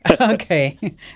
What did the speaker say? Okay